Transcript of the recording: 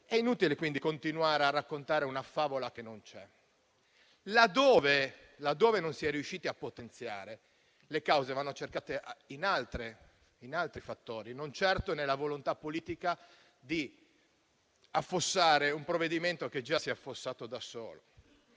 È inutile quindi continuare a raccontare una favola che non c'è. Laddove non si è riusciti a potenziare, le cause vanno cercate in altri fattori e non certo nella volontà politica di affossare un provvedimento che si è affossato da solo.